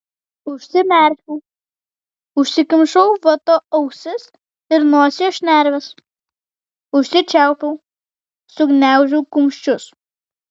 užsimerkiau užsikimšau vata ausis ir nosies šnerves užsičiaupiau sugniaužiau kumščius